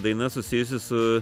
daina susijusi su